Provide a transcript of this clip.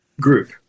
group